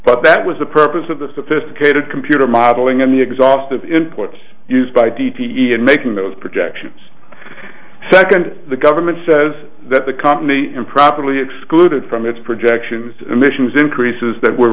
but that was the purpose of the sophisticated computer modeling and the exhaustive inputs used by d t e in making those projections second the government says that the company improperly excluded from its projections emissions increases that were